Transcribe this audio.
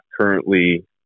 currently